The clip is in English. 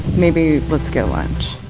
maybe let's get lunch